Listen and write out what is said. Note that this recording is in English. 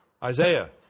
Isaiah